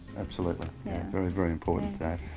absolutely. yeah very, very important